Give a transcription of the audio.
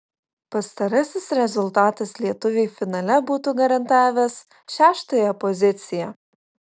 pastarasis rezultatas lietuviui finale būtų garantavęs šeštąją poziciją